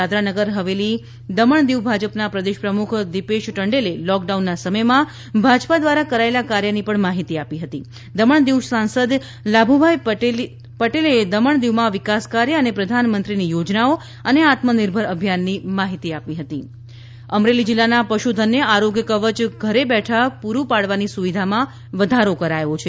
દાદરા નગર હવેલી દમણ દીવ ભાજપના પ્રદેશ પ્રમુખ દિપેશ ટંડેલ એ લોકડાઉનના સમયમાં ભાજપા દ્રારા કરાયેલા કાર્યની માહિતી આપી હતી અને દમણ દીવ સાંસદ લાલુભાઈ પટેલે દમણ દીવમાં વિકાસ કાર્ય અને પ્રધાનમંત્રીની યોજનાઓ અને આત્મનિર્ભર અભિયાનની માહિતી આપવામાં આપી હતી અમરેલી પશુ સંપદા અમરેલી જિલ્લાના પશુ ધનને આરોગ્ય કવય ઘેર બેઠાં પૂરૂ પાડવાની સુવિધામાં વધારો કરાયો છે